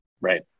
Right